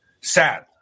sad